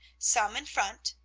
some in front,